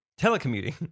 telecommuting